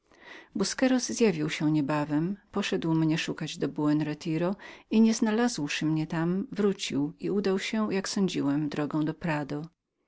sklepiku busqueros zjawił się niebawem poszedł mnie szukać do buen retiro i nieznalazłszy swego amfitryona wrócił i udał się jak sądziłem drogą do prado